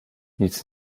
nic